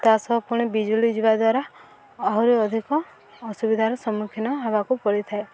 ତା ସହ ପୁଣି ବିଜୁଳି ଯିବା ଦ୍ୱାରା ଆହୁରି ଅଧିକ ଅସୁବିଧାର ସମ୍ମୁଖୀନ ହବାକୁ ପଡ଼ିଥାଏ